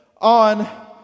on